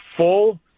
full